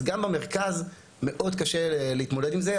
אז גם במרכז מאוד קשה להתמודד עם זה,